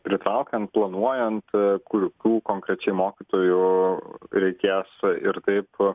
pritraukiant planuojant kokių konkrečiai mokytojų reikės ir taip